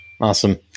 Awesome